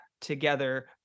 together